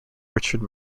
richard